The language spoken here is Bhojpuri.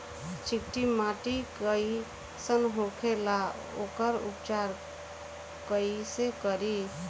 चिकटि माटी कई सन होखे ला वोकर उपचार कई से करी?